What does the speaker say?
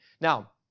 Now